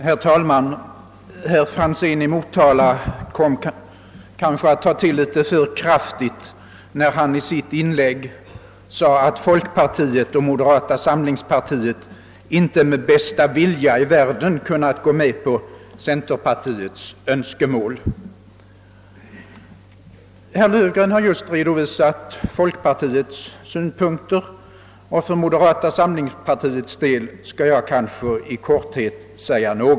Herr talman! Herr Franzén i Motala kom kanske att ta i litet för kraftigt när han i sitt inlägg sade, att folkpartiet och moderata samlingspartiet inte med bästa vilja i världen kunnat gå med på centerpartiets önskemål. Herr Löfgren har just redovisat folkpartiets synpunkter, och för moderata samlingspartiets del skall jag i korthet säga något.